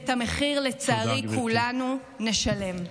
ואת המחיר, לצערי, כולנו נשלם.